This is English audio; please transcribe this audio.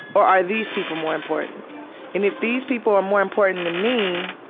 or are these people more important? and if these people are more important than me,